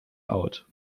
out